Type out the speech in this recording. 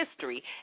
history